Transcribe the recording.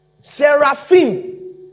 Seraphim